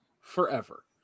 forever